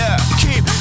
Keep